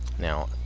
Now